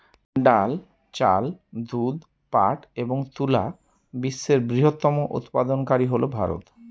ডাল, চাল, দুধ, পাট এবং তুলা বিশ্বের বৃহত্তম উৎপাদনকারী হল ভারত